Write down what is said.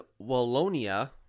Wallonia